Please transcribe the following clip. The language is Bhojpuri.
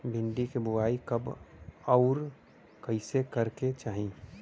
भिंडी क बुआई कब अउर कइसे करे के चाही?